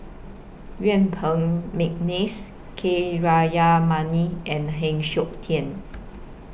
Yuen Peng Mcneice K and Heng Siok Tian